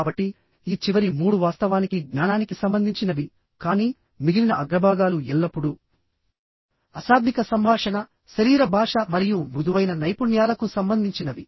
కాబట్టిఈ చివరి 3 వాస్తవానికి జ్ఞానానికి సంబంధించినవి కానీ మిగిలిన అగ్రభాగాలు ఎల్లప్పుడూ అశాబ్దిక సంభాషణ శరీర భాష మరియు మృదువైన నైపుణ్యాలకు సంబంధించినవి